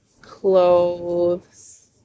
clothes